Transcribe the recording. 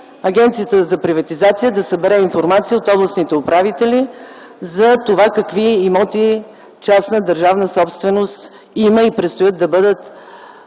Агенцията за приватизация да събере информация от областните управители за това какви имоти - частна държавна собственост, има и предстоят да бъдат